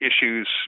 issues